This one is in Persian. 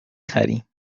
خریم